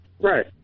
Right